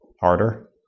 harder